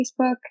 Facebook